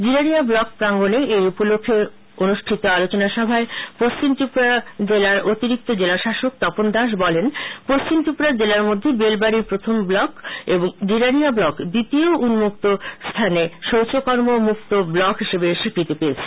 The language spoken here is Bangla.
জিরানিয়া ব্লক প্রাঙ্গনে এই উপলক্ষ্যে অনুষ্ঠিত আলোচনাসভায় পশ্চিম ত্রিপুরা জেলার অতিরিক্ত জেলাশাসক তপন দাস বলেন পশ্চিম ত্রিপুরা জেলার মধ্যে বেলবাড়ি ব্লক প্রথম এবং জিরানিয়া ব্লক দ্বিতীয় উন্মুক্ত স্হানে শৌচকর্মমুক্ত ব্লক হিসেবে স্বীকৃতি পেয়েছে